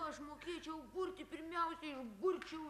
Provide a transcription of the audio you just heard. aš mokėčiau burti pirmiausiai išburčiau